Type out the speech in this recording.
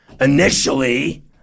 initially